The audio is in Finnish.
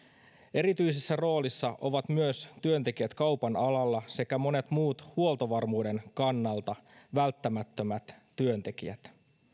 erityisessä roolissa ovat myös työntekijät kaupan alalla sekä monet muut huoltovarmuuden kannalta välttämättömät työntekijät